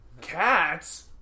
Cats